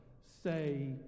say